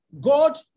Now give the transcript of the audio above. God